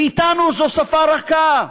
ואתנו זו שפה רכה,